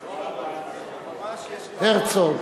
ממש יש, הרצוג.